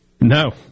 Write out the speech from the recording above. no